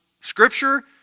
Scripture